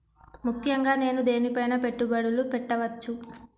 ముఖ్యంగా నేను దేని పైనా పెట్టుబడులు పెట్టవచ్చు?